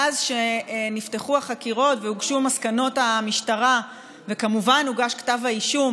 מאז שנפתחו החקירות והוגשו מסקנות המשטרה וכמובן הוגש כתב האישום